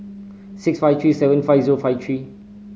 six five three seven five zero five three